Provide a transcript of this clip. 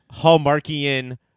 Hallmarkian